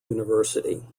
university